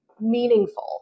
meaningful